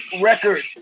Records